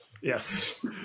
Yes